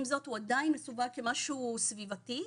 עם זאת, הוא עדיין מסווג כמשהו סביבתי.